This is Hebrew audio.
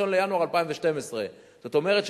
1 בינואר 2012. זאת אומרת,